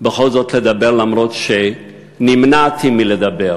בכל זאת לדבר, למרות שנמנעתי מלדבר